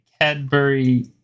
Cadbury